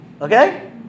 Okay